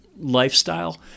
lifestyle